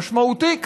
משמעותי,